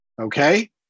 Okay